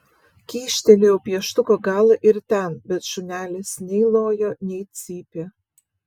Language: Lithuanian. kyštelėjau pieštuko galą ir ten bet šunelis nei lojo nei cypė